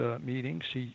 meetings